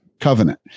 Covenant